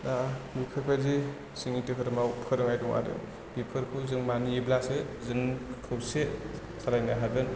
दा बेफोरबायदि जोंनि धोरोमाव फोरमायदों आरो बेफोरखौ जों मानियोब्लासो जों खौसे जालायनो हागोन